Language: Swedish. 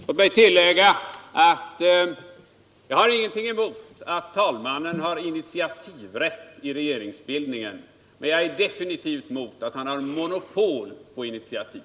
Låt mig tillägga att jag inte har någonting emot att talmannen har initiativrätt till regeringsbildningen men att jag är definitivt emot att han har monopol på initiativ.